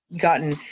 gotten